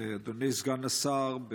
אדוני סגן השר,